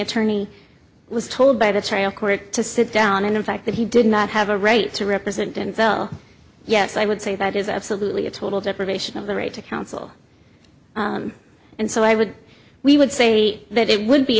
attorney was told by the trial court to sit down and in fact that he did not have a right to represent denville yes i would say that is absolutely a total deprivation of the right to counsel and so i would we would say that it would